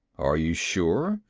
are you sure?